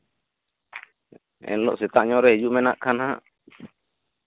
ᱮᱱᱦᱤᱞᱳᱜ ᱥᱮᱛᱟᱜ ᱧᱚᱜᱨᱮ ᱦᱤᱡᱩᱜ ᱢᱮ ᱱᱟᱜ ᱠᱷᱟᱱ ᱦᱟᱜ